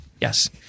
yes